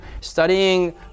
studying